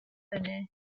thynnu